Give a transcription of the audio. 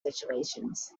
situations